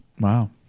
wow